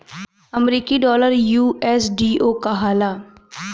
अमरीकी डॉलर यू.एस.डी.ओ कहाला